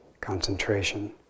concentration